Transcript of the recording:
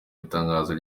itangazo